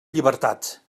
llibertat